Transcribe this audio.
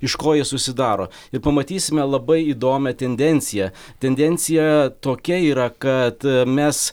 iš ko jie susidaro ir pamatysime labai įdomią tendenciją tendencija tokia yra kad mes